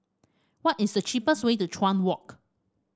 what is the cheapest way to Chuan Walk